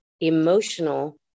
emotional